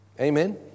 Amen